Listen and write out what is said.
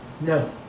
no